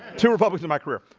two republic's in my career.